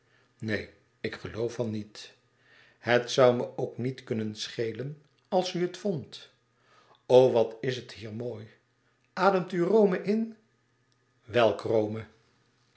neen ik geloof van niet e ids aargang et zoû me ook niet kunnen schelen als u het vond o wat is het hier mooi ademt u rome in welk rome